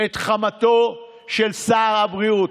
העלה את חמתו של שר הבריאות.